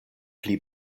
pli